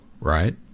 right